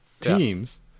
teams